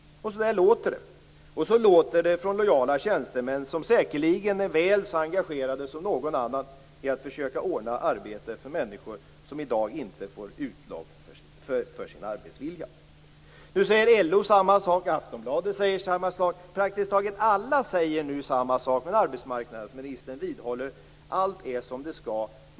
Så där låter det. Och så låter det från lojala tjänstemän som säkerligen är väl så engagerade som någon annan i att försöka ordna arbete för människor som i dag inte får utlopp för sin arbetsvilja. Nu säger LO samma sak, Aftonbladet säger samma sak, praktiskt taget alla säger nu samma sak. Men arbetsmarknadsministern vidhåller: Allt är som det skall.